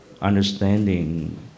understanding